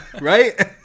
Right